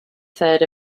third